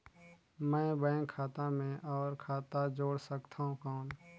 मैं बैंक खाता मे और खाता जोड़ सकथव कौन?